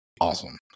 Awesome